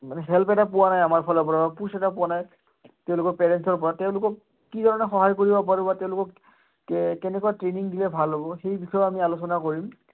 মানে হেল্প এটা পোৱা নাই আমাৰ ফালৰপৰা পুচ এটা পোৱা নাই তেওঁলোকৰ পেৰেণ্টছৰপৰা তেওঁলোকক কি ধৰণে সহায় কৰিব পাৰোঁ বা তেওঁলোকক কেনেকুৱা ট্ৰেইনিং দিলে ভাল হ'ব সেই বিষয়েও আমি আলোচনা কৰিম